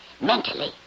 mentally